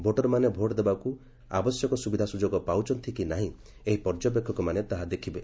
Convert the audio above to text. ଭୋଟରମାନେ ଭୋଟ୍ ଦେବାକୁ ଆବଶ୍ୟକ ସୁବିଧା ସୁଯୋଗ ପାଉଛନ୍ତି କି ନାହିଁ ଏହି ପର୍ଯ୍ୟବେକ୍ଷକମାନେ ତାହା ଦେଖିବେ